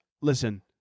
listen